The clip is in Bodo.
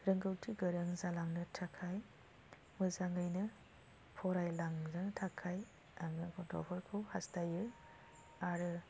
रोंगौथि गोरों जालांनो थाखाय